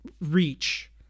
reach